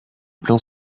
plans